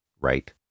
right